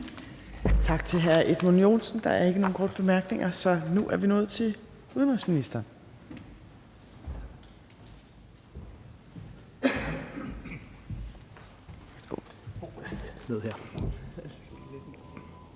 Tak til hr. Edmund Joensen. Der er ikke nogen korte bemærkninger, så nu er vi nået til udenrigsministeren.